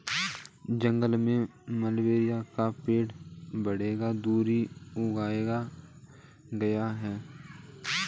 जंगल में मलबेरी का पेड़ बडिंग द्वारा उगाया गया है